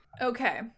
okay